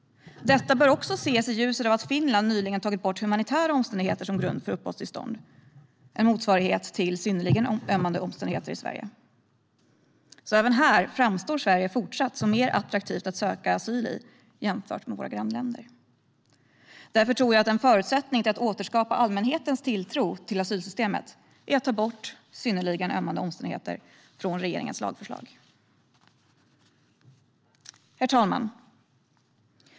Detta bör också ses i ljuset av att Finland nyligen har tagit bort humanitära omständigheter som grund för uppehållstillstånd, en motsvarighet till synnerligen ömmande omständigheter i Sverige. Även här framstår Sverige fortsatt som mer attraktivt att söka asyl i jämfört med våra grannländer. Därför tror jag att en förutsättning för att återskapa allmänhetens tilltro till asylsystemet är att ta bort "synnerligen ömmande omständigheter" från regeringens lagförslag. Herr talman!